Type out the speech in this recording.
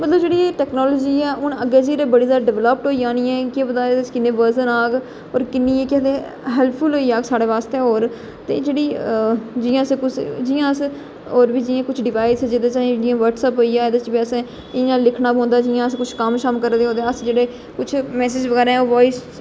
मतलब जेहड़ी टेक्नोलाॅजी ऐ हून अग्गै फिर बड़ी ज्यादा डिवैल्प होई जानी ऐ एहदे बाद पता नेईं किन्ने बर्जन आग और किन्नी एह् केह् हैल्पफुल होई जाग साढ़े आस्तै और एह् जेहड़ी जियां असें कुसे जियां अस और बी जियां कुछ डिवाइस जेहदे च तुसेंगी जियां बटसऐप होई गेआ ओहदे च बी अस इयां लिखना पौंदा जियां अस कुछ कम्म शम करा दे होचै अस जेहडे़ कुछ मेसेज बगैरा जां बाउइस